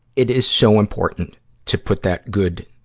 it is so important to put that good,